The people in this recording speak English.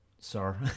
sir